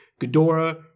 Ghidorah